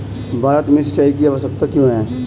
भारत में सिंचाई की आवश्यकता क्यों है?